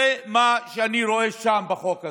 זה מה שאני רואה בחוק הזה.